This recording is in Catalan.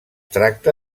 tracta